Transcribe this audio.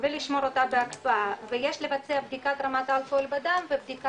ולשמור אותה בהקפאה ויש לבצע בדיקת רמת אלכוהול בדם ובדיקה